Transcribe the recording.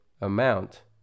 amount